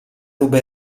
ruba